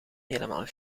helemaal